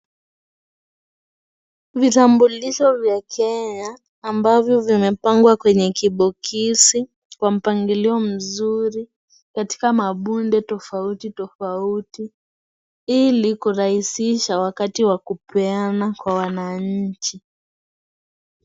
Vitambulisho vya Kenya ambavyo vimepangwa kwenye kibokisi kwa mpangilio mzuri katika mabunde tofauti tofauti ili kurahisisha wakati wa kupeana kwa wananchi.